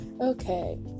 Okay